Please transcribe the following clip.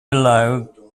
below